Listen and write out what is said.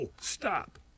Stop